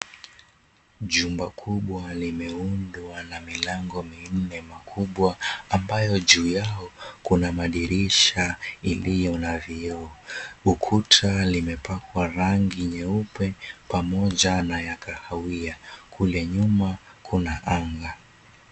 Jumba kubwa limeundwa na milango minne makubwa ambayo juu yao kuna madirisha iliyo na vioo. Ukuta limepakwa rangi nyeupe pamoja na ya kahawia. Kule nyuma kuna anga.